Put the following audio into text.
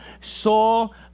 Saul